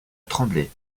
trembler